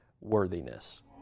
worthiness